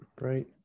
right